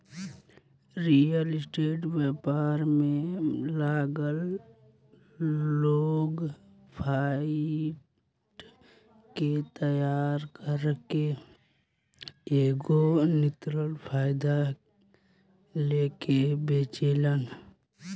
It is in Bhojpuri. रियल स्टेट व्यापार में लागल लोग फ्लाइट के तइयार करके एगो निश्चित फायदा लेके बेचेलेन